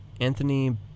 Anthony